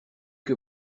que